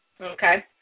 Okay